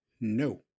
No